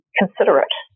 considerate